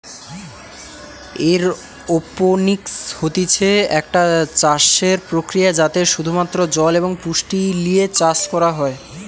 aeroponics হতিছে একটা চাষসের প্রক্রিয়া যাতে শুধু মাত্র জল এবং পুষ্টি লিয়ে চাষ করা হয়